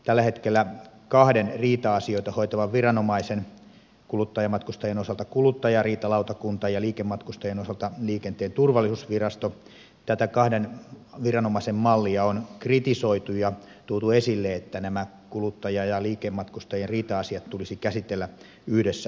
tällä hetkellä kahden riita asioita hoitavan viranomaisen kuluttajamatkustajien osalta kuluttajariitalautakunta ja liikematkustajien osalta liikenteen turvallisuusvirasto mallia on kritisoitu ja tuotu esille että nämä kuluttaja ja liikematkustajien riita asiat tulisi käsitellä yhdessä viranomaisessa